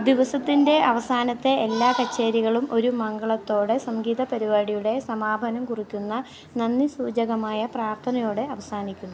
ദിവസത്തിന്റെ അവസാനത്തെ എല്ലാ കച്ചേരികളും ഒരു മംഗളത്തോടെ സംഗീത പരിപാടിയുടെ സമാപനം കുറിക്കുന്ന നന്ദിസൂചകമായ പ്രാർത്ഥനയോടെ അവസാനിക്കുന്നു